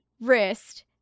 wrist